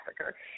Africa